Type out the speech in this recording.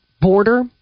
border